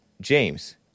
James